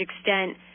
extent